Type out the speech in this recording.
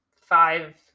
five